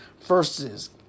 versus